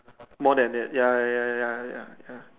more than that ya ya ya ya ya ya ya